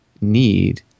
need